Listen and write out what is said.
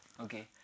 Okay